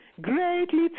Greatly